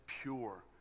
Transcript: pure